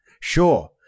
Sure